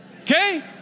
okay